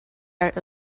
art